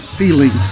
feeling